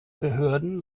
behörden